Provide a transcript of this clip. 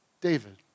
David